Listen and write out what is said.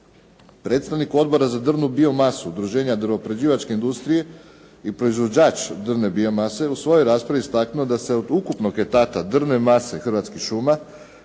Predstavnik Odbora za drvnu biomasu Udruženja drvo-prerađivačke industrije i proizvođač drvne biomase u svojoj raspravi je istaknuo da se od ukupnog etata drvne mase hrvatskih šuma